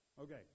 Okay